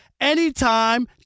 anytime